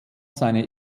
seine